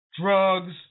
drugs